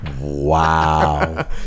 wow